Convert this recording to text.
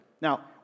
Now